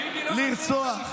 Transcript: לרצוח,